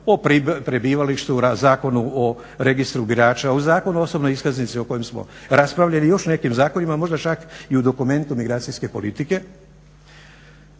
o prebivalištu, Zakonu o registru birača, u Zakonu o osobnoj iskaznici o kojem smo raspravljali i još o nekim zakonima, možda čak i u dokumenti migracijske politike